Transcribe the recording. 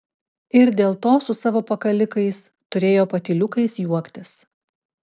ir dėl to su savo pakalikais turėjo patyliukais juoktis